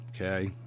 okay